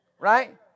Right